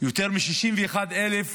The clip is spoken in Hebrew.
יותר מ-61,000